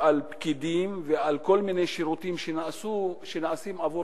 על פקידים ועל כל מיני שירותים שנעשים עבור